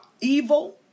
evil